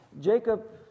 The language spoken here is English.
Jacob